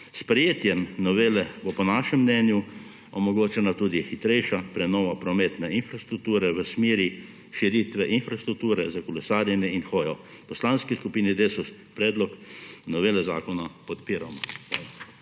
sprejetjem novele bo po našem mnenju omogočena tudi hitrejša prenova prometne infrastrukture v smeri širitve infrastrukture za kolesarjenje in hojo. V Poslanski skupini Desus predlog novele zakona podpiramo.